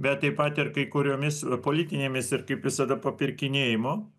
bet taip pat ir kai kuriomis politinėmis ir kaip visada papirkinėjimo